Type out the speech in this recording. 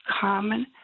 common